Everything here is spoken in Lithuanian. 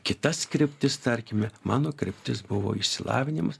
kitas kryptis tarkime mano kryptis buvo išsilavinimas